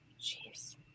Jeez